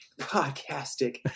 podcastic